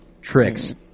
tricks